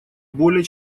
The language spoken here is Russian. более